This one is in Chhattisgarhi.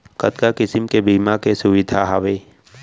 कतका किसिम के बीमा के सुविधा हावे?